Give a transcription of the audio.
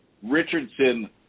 Richardson